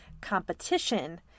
competition